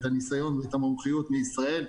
את הניסיון ואת המומחיות מישראל.